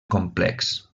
complex